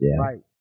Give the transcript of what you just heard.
Right